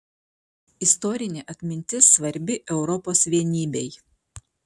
istorinė atmintis svarbi europos vienybei